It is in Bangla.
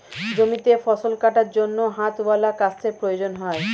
জমিতে ফসল কাটার জন্য হাতওয়ালা কাস্তের প্রয়োজন পড়ে